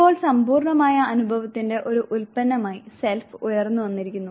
ഇപ്പോൾ സമ്പൂർണ്ണമായ അനുഭവത്തിന്റെ ഒരു ഉപോൽപ്പന്നമായി സെൽഫ് ഉയർന്നുവന്നിരിക്കുന്നു